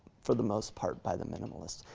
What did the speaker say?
for the most part, by the minimalists.